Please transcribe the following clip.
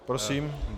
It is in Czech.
Prosím.